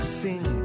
sing